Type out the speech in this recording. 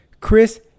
Chris